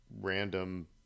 random